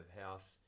house